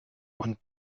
und